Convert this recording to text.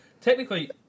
Technically